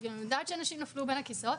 ואני יודעת שאנשים נפלו בין הכיסאות,